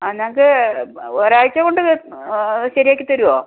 ആ ഞങ്ങൾക്ക് ഒരാഴ്ച്ച കൊണ്ട് ശരിയാക്കി തരുവോ